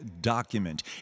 document